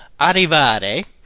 arrivare